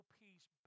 peace